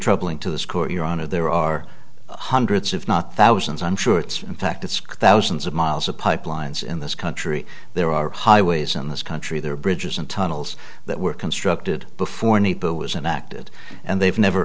troubling to this court your honor there are hundreds if not thousands i'm sure it's in fact it's thousands of miles of pipelines in this country there are highways in this country there are bridges and tunnels that were constructed before need to was and acted and they've never